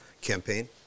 campaign